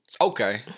Okay